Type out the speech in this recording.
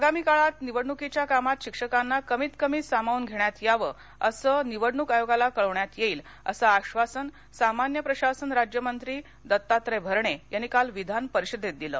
आगामी काळात निवडणुकीच्या कामात शिक्षकांना कमीत कमी सामावून घेण्यात यावं असं निवडणुक आयोगाला कळवण्यात येईल असं आश्वासन सामान्य प्रशासन राज्य मंत्री दत्तात्रय भरणे यांनी काल विधानपरिषदेत दिलं